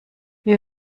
wie